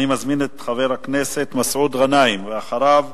אני מזמין את חבר הכנסת מסעוד גנאים, ואחריו,